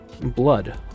blood